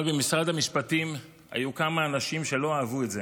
אבל במשרד המשפטים היו כמה אנשים שלא אהבו את זה.